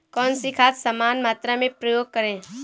कौन सी खाद समान मात्रा में प्रयोग करें?